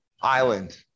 island